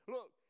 Look